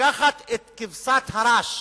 לקחת את כבשת הרש,